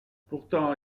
pourtant